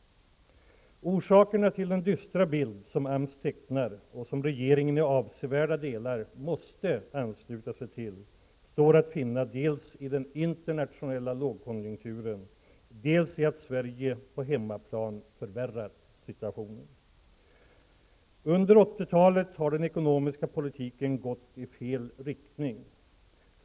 Orsakerna till den dystra bild som AMS tecknar och som regeringen i avsevärda delar måste ansluta sig till står att finna dels i den internationella lågkonjunkturen, dels i att Sverige på hemmaplan förvärrar situationen. Under 80-talet har den ekonomiska politiken gått i fel riktning.